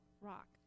rock